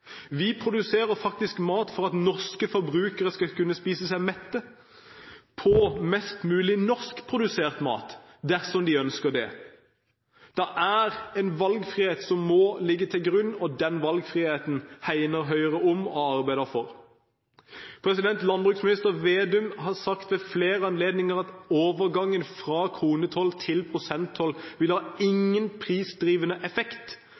Vi produserer faktisk mat for at norske forbrukere skal kunne spise seg mette på mest mulig norskprodusert mat dersom de ønsker det. Det er en valgfrihet som må ligge til grunn, og den valgfriheten hegner Høyre om og arbeider for. Landbruksminister Slagsvold Vedum har ved flere anledninger sagt at overgangen fra kronetoll til prosenttoll ikke vil ha noen prisdrivende effekt